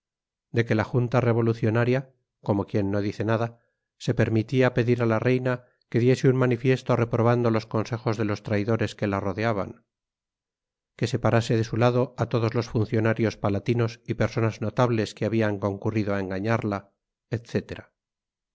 de que la junta revolucionaria como quien no dice nada se permitía pedir a la reina que diese un manifiesto reprobando los consejos de los traidores que la rodeaban que separase de su lado a todos los funcionarios palatinos y personas notables que habían concurrido a engañarla